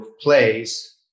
place